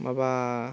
माबा